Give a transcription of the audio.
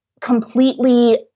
completely